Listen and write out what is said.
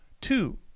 Two